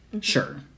Sure